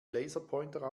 laserpointer